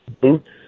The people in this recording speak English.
Boots